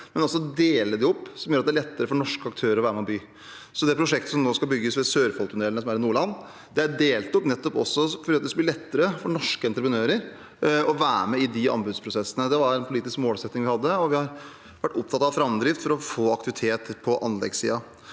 men også dele dem opp, som gjør at det er lettere for norske aktører å være med og by. Det prosjektet som nå skal bygges ved Sørfoldtunnelene i Nordland, er delt opp, nettopp fordi det skal bli lettere for norske entreprenører å være med i anbudsprosessene. Det var en politisk målsetting vi hadde, og vi har vært opptatt av framdrift for å få aktivitet på anleggssiden.